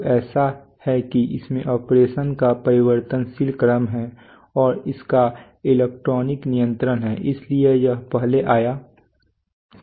तो ऐसा है कि इसमें ऑपरेशन का परिवर्तनशील क्रम है और इसका इलेक्ट्रॉनिक नियंत्रण है इसलिए यह पहले आया था